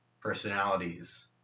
personalities